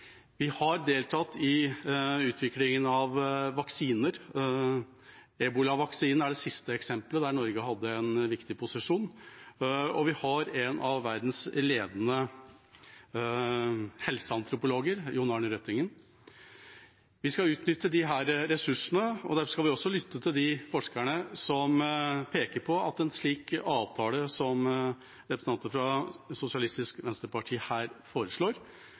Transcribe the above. Vi har deltatt i utviklingen av vaksiner. Ebolavaksinen er det siste eksemplet der Norge hadde en viktig posisjon. Vi har en av verdens ledende helseantropologer, John-Arne Røttingen. Vi skal utnytte disse ressursene, og derfor skal vi også lytte til de forskerne som peker på at en slik avtale som representanter fra Sosialistisk Venstreparti her foreslår,